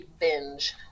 binge